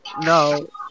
No